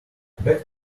back